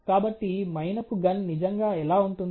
కాబట్టి మైనపు గన్ నిజంగా ఎలా ఉంటుంది